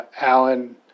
Alan